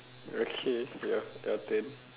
okay your your turn